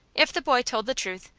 if the boy told the truth,